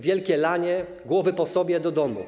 Wielkie lanie, głowy po sobie, do domu.